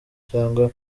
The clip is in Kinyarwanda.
cyangwa